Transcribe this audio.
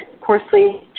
coarsely